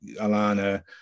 Alana